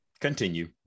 continue